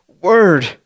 word